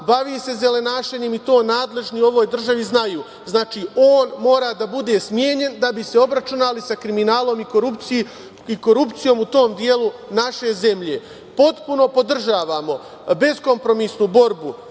bavi se zelenašenjem i to nadležni u ovoj državi znaju. Znači, on mora da bude smenjen da bi se obračunali sa kriminalom i korupcijom u tom delu naše zemlje. Potpuno podržavamo beskompromisnu borbu